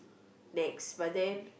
Nex but then